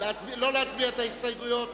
לא להצביע על ההסתייגויות?